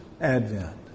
advent